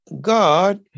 God